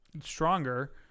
stronger